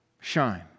Shine